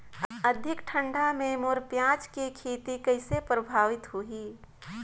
अधिक ठंडा मे मोर पियाज के खेती कइसे प्रभावित होही?